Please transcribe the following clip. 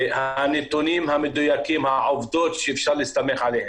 הנתונים המדויקים, העובדות שאפשר להסתמך עליהן.